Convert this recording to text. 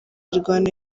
mirwano